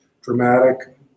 dramatic